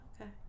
Okay